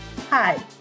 Hi